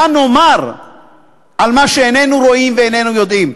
מה נאמר על מה שאיננו רואים ואיננו יודעים?